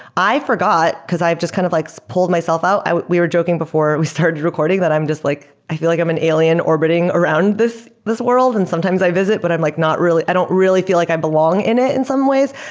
i forgot, because i've just kind of like pulled myself out. we were joking before we started recording that i'm just like i feel like i'm an alien orbiting around this this world, and sometimes i visit, but i'm not really i don't really feel like i belong in it in some ways.